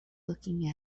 looking